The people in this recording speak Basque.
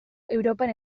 europan